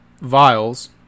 vials